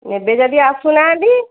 ନେବେ ଯଦି ଆସୁନାହାନ୍ତି